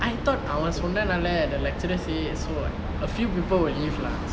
I thought அவன் சொன்ன நால:aven sonne naale the lecturer say so a few people will leave lah